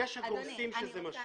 יש הגורסים שזה מה שהיה.